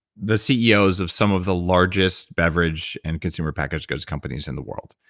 the ceos of some of the largest beverage and consumer packaged goods companies in the world.